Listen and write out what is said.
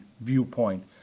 viewpoint